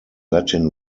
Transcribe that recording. latin